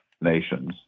nations